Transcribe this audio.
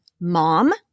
mom